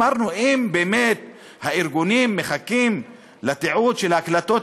אמרנו שאם באמת הארגונים מחכים לתיעוד של ההקלטות